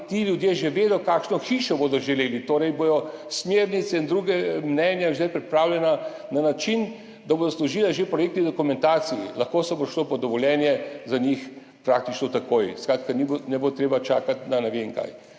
ti ljudje že vedo, kakšno hišo bodo želeli, torej bodo smernice in druga mnenja že pripravljena na način, da bodo že služila projektni dokumentaciji, lahko se bo šlo po dovoljenje za njih praktično takoj. Skratka, ne bo treba čakati na ne vem kaj.